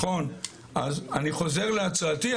אז אני חוזר להצעתי.